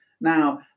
now